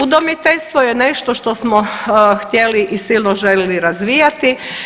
Udomiteljstvo je nešto što smo htjeli i silno željeli razvijati.